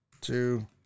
Two